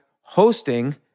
hosting